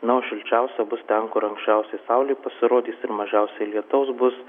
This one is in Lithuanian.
na o šilčiausia bus ten kur anksčiausiai saulė pasirodys ir mažiausiai lietaus bus